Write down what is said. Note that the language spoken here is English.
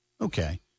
Okay